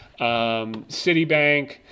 Citibank